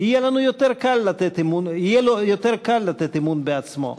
יהיה לו יותר קל לתת אמון בעצמו,